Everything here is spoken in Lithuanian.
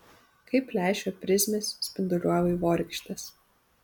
kaip lęšio prizmės spinduliuoja vaivorykštes